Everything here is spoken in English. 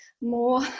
more